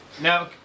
now